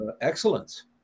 excellence